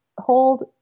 hold